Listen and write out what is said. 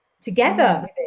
together